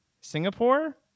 Singapore